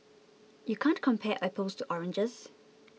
you can't compare apples to oranges